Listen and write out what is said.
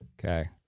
Okay